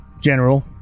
General